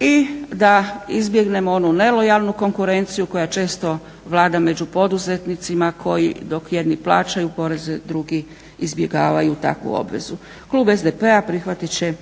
i da izbjegnemo onu nelojalnu konkurenciju koja često vlada među poduzetnicima koji dok jedni plaćaju poreze drugi izbjegavaju takvu obvezu. Klub SDP-a prihvatit će